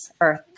earth